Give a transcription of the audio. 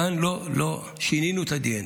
כאן שינינו את הדנ"א.